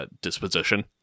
disposition